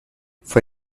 for